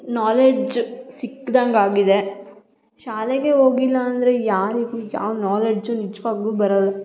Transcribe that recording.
knowledge ಸಿಕ್ದಂಗೆ ಆಗಿದೆ ಶಾಲೆಗೇ ಹೋಗಿಲ್ಲ ಅಂದರೆ ಯಾರಿಗೂ ಯಾವ ನೊಲೆಡ್ಜೂ ನಿಜವಾಗ್ಯೂ ಬರಲ್ಲ